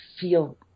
feel